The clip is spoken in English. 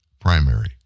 primary